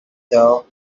door